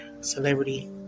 Celebrity